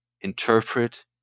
interpret